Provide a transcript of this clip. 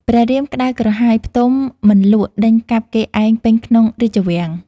ព្រះរាមក្តៅក្រហាយផ្ទុំមិនលក់ដេញកាប់គេឯងពេញក្នុងរាជវាំង។